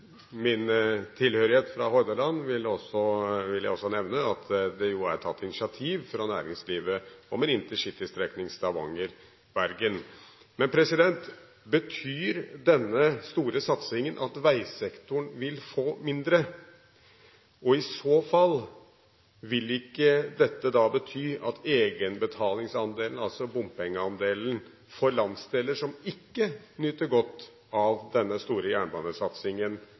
Min tilhørighet til Hordaland vil jeg også nevne, der er det jo tatt initiativ fra næringslivet om en Intercity-strekning Stavanger–Bergen. Men betyr denne store satsingen at veisektoren vil få mindre? Og i så fall, vil ikke dette da bety at egenbetalingsandelen – altså bompengeandelen – for landsdeler som ikke nyter godt av denne store